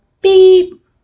beep